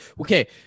Okay